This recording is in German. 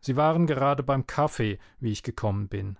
sie waren gerade beim kaffee wie ich gekommen bin